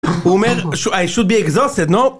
הוא אומר, I should be exhausted, no?